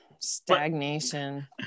Stagnation